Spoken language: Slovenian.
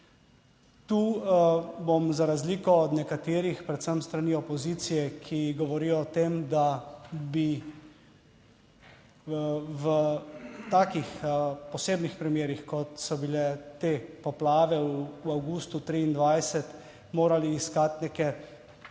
Tu bom za razliko od nekaterih, predvsem s strani opozicije, ki govorijo o tem, da bi v takih posebnih primerih, kot so bile te poplave v avgustu 2023 morali iskati neke